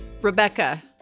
Rebecca